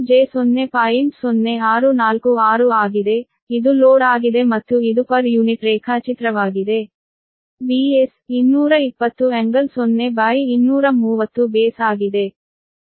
0646 ಆಗಿದೆ ಇದು ಲೋಡ್ ಆಗಿದೆ ಮತ್ತು ಇದು ಪರ್ ಯೂನಿಟ್ ರೇಖಾಚಿತ್ರವಾಗಿದೆ Vs ಬೇಸ್ ಆಗಿದೆ